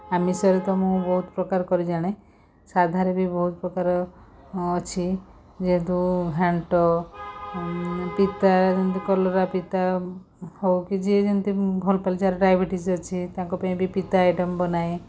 ଆମିଷରେ ତ ମୁଁ ବହୁତ ପ୍ରକାର କରି ଜାଣେ ସାଧାରେ ବି ବହୁତ ପ୍ରକାର ଅଛି ଯେହେତୁ ଘାଣ୍ଟ ପିତା କଲରା ପିତା ହେଉ କି ଯିଏ ଯେମିତି ଭଲ ପାଇଲା ଯାହାର ଡାଇବେଟିସ୍ ଅଛି ତାଙ୍କ ପାଇଁ ବି ପିତା ଆଇଟମ୍ ବନାଏ